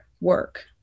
work